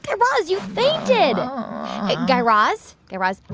guy raz, you fainted. like guy raz, guy raz,